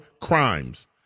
crimes